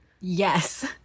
Yes